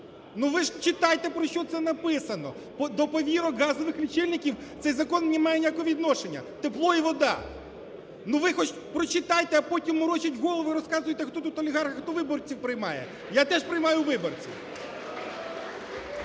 Ну, ви ж читайте, про що це написано. До повірок газових лічильників цей закон не має ніякого відношення – тепло і вода. Ну, ви хоч прочитайте, а потім морочіть голови і розказуйте, хто тут олігархів, а хто виборців приймає. Я теж приймаю виборців.